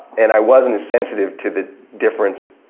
and i wasn't as sensitive to the difference